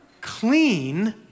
clean